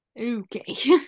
Okay